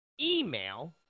email